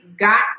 Got